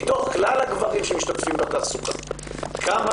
מתוך כלל הגברים שמשתתפים בתעסוקה כמה